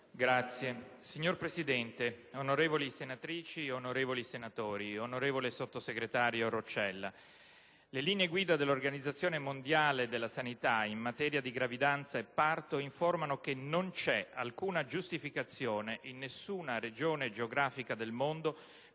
*(PD)*. Signor Presidente, onorevoli senatrici, senatori, onorevole sottosegretario Roccella, le linee guida dell'Organizzazione mondiale della sanità in materia di gravidanza e parto informano che non c'è alcuna giustificazione, in nessuna regione geografica del mondo,